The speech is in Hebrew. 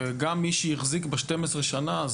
וגם מי שהחזיק ב-12 שנה,